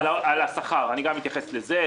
על השכר אני גם אתייחס לזה,